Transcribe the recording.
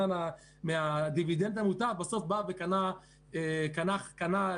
כשאתה אומר "פרצת מס" זה נשמע כאילו מישהו עשה תרגיל.